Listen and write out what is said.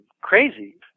crazy